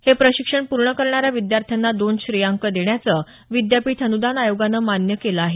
हे प्रशिक्षण पूर्ण करणाऱ्या विद्यार्थ्यांना दोन श्रेयांक द्यायचं विद्यापीठ अनुदान आयोगानं मान्य केलं आहे